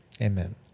Amen